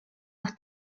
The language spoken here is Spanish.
los